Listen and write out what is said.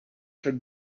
could